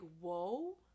whoa